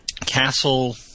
castle